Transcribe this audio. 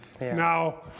Now